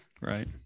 right